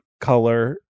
color